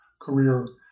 career